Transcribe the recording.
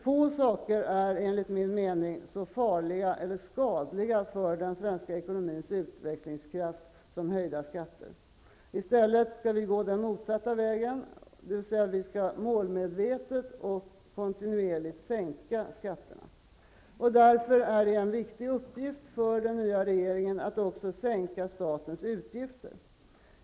Få saker är enligt min mening så farliga och skadliga för den svenska ekonomins utvecklingskraft som höjda skatter. I stället skall vi gå den motsatta vägen, dvs. vi skall målmedvetet och kontinuerligt sänka skatterna. Därför är det en viktig uppgift för den nya regeringen att också sänka statens utgifter.